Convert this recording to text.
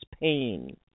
pain